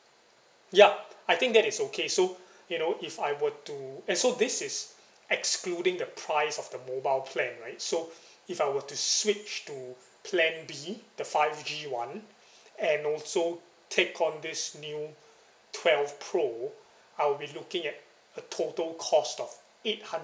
ya I think that is okay so you know if I were to and so this is excluding the price of the mobile plan right so if I were to switch to plan B the five G one and also take on this new twelve pro I'll be looking at a total cost of eight hun~